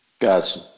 Gotcha